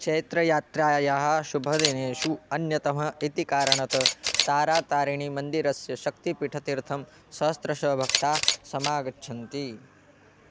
चैत्रयात्रायाः शुभदिनेषु अन्यतमः इति कारणतः तारातारिणीमन्दिरस्य शक्तिपीठतीर्थं सहस्रशः भक्ताः समागच्छन्ति